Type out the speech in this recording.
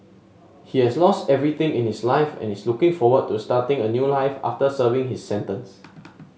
he has lost everything in his life and is looking forward to starting a new life after serving his sentence